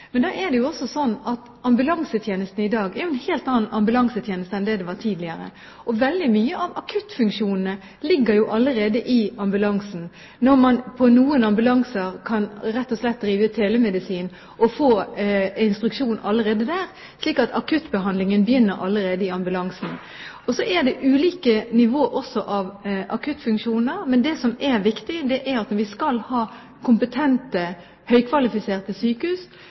Men ambulansetjenesten i dag er jo en helt annen ambulansetjeneste enn det den var tidligere. Veldig mange av akuttfunksjonene ligger allerede i ambulansen, for på noen ambulanser kan man rett og slett drive telemedisin og få instruksjon allerede der, slik at akuttbehandlingen begynner allerede i ambulansen. Så det er også ulike nivå på akuttfunksjoner. Men det som er viktig, når vi skal ha kompetente, høykvalifiserte sykehus,